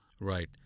Right